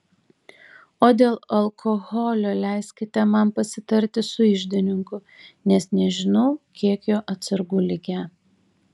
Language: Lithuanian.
o dėl alkoholio leiskite man pasitarti su iždininku nes nežinau kiek jo atsargų likę